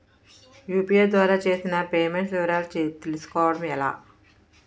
UPI ద్వారా చేసిన payments వివరాలు తెలుసుకోవటం ఎలా?